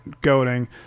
goading